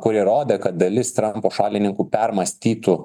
kurie rodė kad dalis trampo šalininkų permąstytų